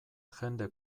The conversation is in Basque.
jende